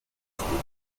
speaking